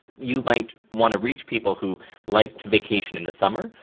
you might want to reach people who like to vacation in the summer,